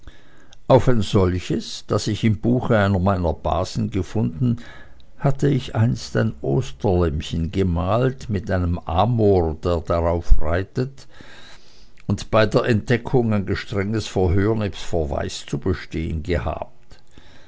auf ein solches das ich im buche einer meiner basen gefunden hatte ich einst ein osterlämmchen gemalt mit einem amor der darauf reitet und bei der entdeckung ein strenges verhör nebst verweis zu bestehen gehabt